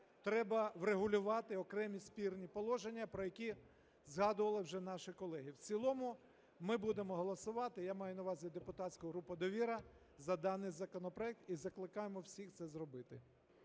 треба врегулювати окремі спірні положення, про які згадували вже наші колеги. В цілому ми будемо голосувати, я маю на увазі депутатську групу "Довіра", за даний законопроект і закликаємо всіх це зробити.